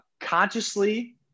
consciously